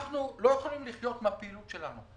אנחנו לא יכולים לחיות מהפעילות שלנו.